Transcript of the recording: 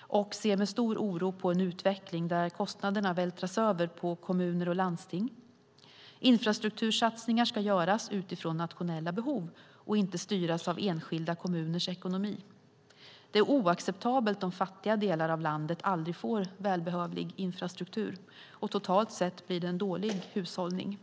och ser med stor oro på en utveckling där kostnaderna vältras över på kommuner och landsting. Infrastruktursatsningar ska göras utifrån nationella behov och inte styras av enskilda kommuners ekonomi. Det är oacceptabelt om fattiga delar av landet aldrig får välbehövlig infrastruktur. Totalt sett blir det en dålig hushållning.